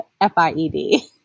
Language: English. F-I-E-D